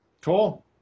Cool